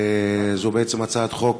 זו בעצם הצעת חוק